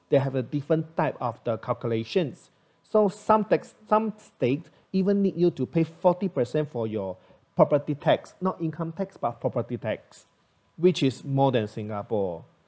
they have a different type of the calculations so some texts states even need you to pay forty percent for your property tax not income tax but property tax which is more than singapore